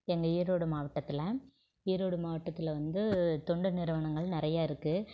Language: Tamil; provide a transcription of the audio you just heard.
எங்கள் ஈரோடு மாவட்டத்தில் ஈரோடு மாவட்டத்தில் வந்து தொண்டு நிறுவனங்கள் நிறையா இருக்குது